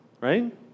right